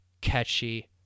catchy